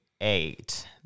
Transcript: eight